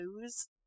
Lose